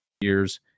years